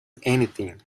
anything